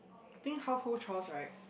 I think household chores right